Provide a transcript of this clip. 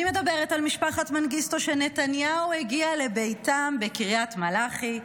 אני מדברת על משפחת מנגיסטו שנתניהו הגיע לביתם בקריית מלאכי,